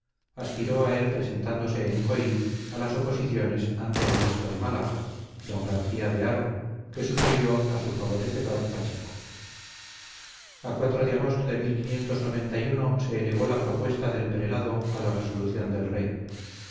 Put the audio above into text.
aspiró a él presentándose en coin a las oposiciones ante el obispo de málaga d garcía de haro que sucedió a su favorecedor pacheco a de agosto de se elevó la propuesta del prelado a la resolución del rey